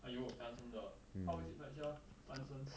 !aiyo! 单身的 ah how is it like sia 单身